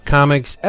Comics